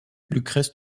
lucrèce